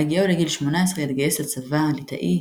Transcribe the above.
בהגיעו לגיל 18 התגייס לצבא הליטאי,